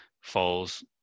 falls